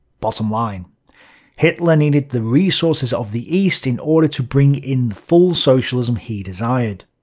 bottom line hitler needed the resources of the east in order to bring in the full-socialism he desired.